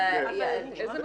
אילו מתנות?